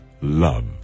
love